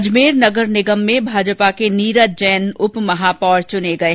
अजमेर नगर निगम में भाजपा के नीरज जैन उप महापौर चुने गये